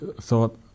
thought